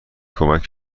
کمک